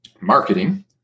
Marketing